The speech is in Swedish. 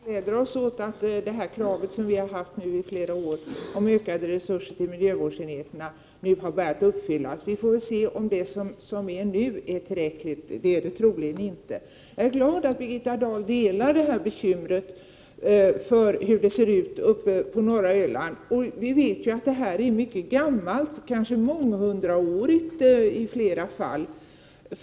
Herr talman! Vi från folkpartiet gläder oss åt att det här kravet som vi har haft i flera år — om ökade resurser till miljövårdsenheterna — nu har börjat uppfyllas. Vi får väl se om det som görs nu är tillräckligt; det är det troligen inte. Jag är glad att Birgitta Dahl delar bekymret för hur det ser ut på norra Öland. Vi vet ju att den här täktverksamheten är mycket gammal, kanske månghundraårig i flera fall.